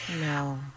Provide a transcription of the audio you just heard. no